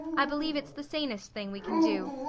i believe it's the sanest thing we can do.